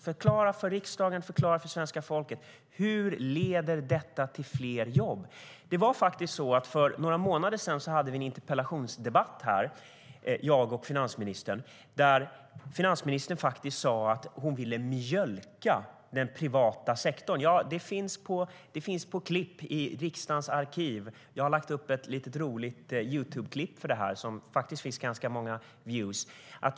Förklara för riksdagen och för svenska folket hur detta leder till fler jobb! För några månader sedan hade jag och finansministern en interpellationsdebatt där hon sa att hon ville mjölka den privata sektorn. Det finns på klipp i riksdagens arkiv. Jag har lagt upp ett litet roligt Youtubeklipp som faktiskt har fått ganska många views.